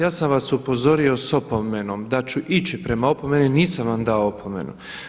Ja sam vas upozorio sa opomenom da ću ići prema opomeni, nisam vam dao opomenu.